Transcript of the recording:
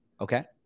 Okay